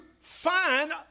find